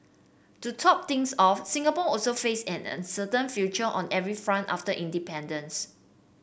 to top things off Singapore also faced an uncertain future on every front after independence